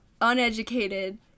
uneducated